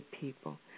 people